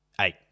eight